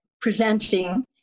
presenting